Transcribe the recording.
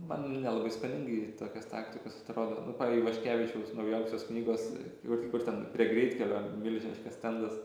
man nelabai skoningai tokios taktikos atrodo nu pav ivaškevičiaus naujausios knygos tai va tai kur ten prie greitkelio milžiniškas stendas